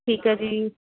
ਠੀਕ ਐ ਜੀ